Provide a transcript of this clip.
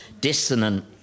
dissonant